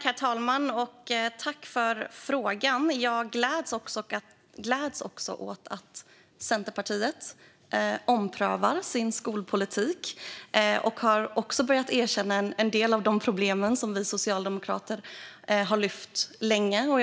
Herr talman! Tack, Niels Paarup-Petersen, för frågan! Jag gläds åt att Centerpartiet omprövar sin skolpolitik och har börjat erkänna en del av de problem som vi socialdemokrater länge har lyft.